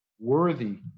Worthy